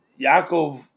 Yaakov